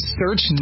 search